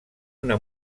una